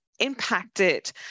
impacted